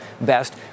best